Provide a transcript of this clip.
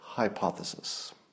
hypothesis